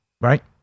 Right